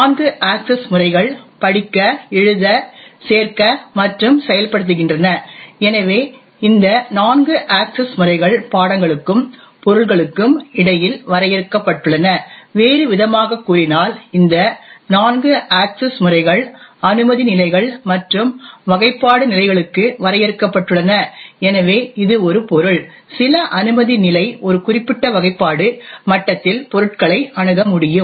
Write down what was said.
நான்கு அக்சஸ் முறைகள் படிக்க எழுத சேர்க்க மற்றும் செயல்படுத்துகின்றன எனவே இந்த நான்கு அக்சஸ் முறைகள் பாடங்களுக்கும் பொருள்களுக்கும் இடையில் வரையறுக்கப்பட்டுள்ளன வேறுவிதமாகக் கூறினால் இந்த நான்கு அக்சஸ் முறைகள் அனுமதி நிலைகள் மற்றும் வகைப்பாடு நிலைகளுக்கு வரையறுக்கப்பட்டுள்ளன எனவே இது ஒரு பொருள் சில அனுமதி நிலை ஒரு குறிப்பிட்ட வகைப்பாடு மட்டத்தில் பொருட்களை அணுக முடியும்